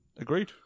Agreed